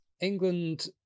England